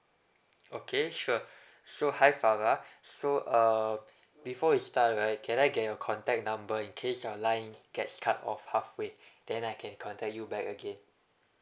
okay sure so hi farah so uh before we start right can I get your contact number in case your line gets cut off halfway then I can contact you back again